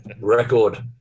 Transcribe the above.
Record